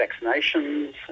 vaccinations